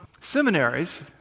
seminaries